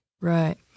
Right